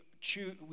choose